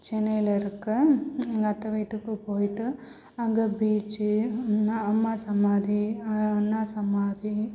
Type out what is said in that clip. சென்னையில் இருக்க எங்கள் அத்தை வீட்டுக்கு போய்விட்டு அங்கே பீச்சி இன்னா அம்மா சமாதி அண்ணா சமாதி